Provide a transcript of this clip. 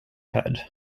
head